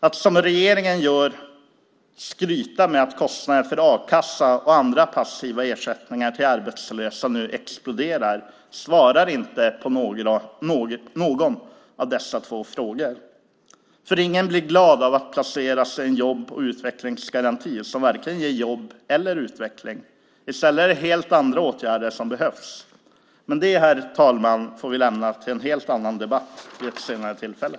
Att som regeringen gör skryta med att kostnaderna för a-kassa och andra passiva ersättningar till arbetslösa nu exploderar svarar inte på någon av dessa två frågor. Ingen blir ju glad av att placeras in i en jobb och utvecklingsgaranti som varken ger jobb eller utveckling. I stället är det helt andra åtgärder som behövs. Men det, herr talman, får vi lämna till en helt annan debatt vid senare tillfälle.